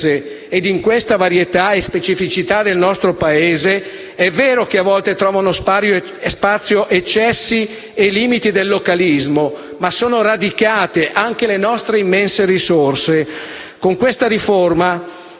E in questa varietà e specificità del nostro Paese, è vero che a volte trovano spazio eccessi e limiti del localismo, ma sono radicate anche le nostre immense risorse. Con questa riforma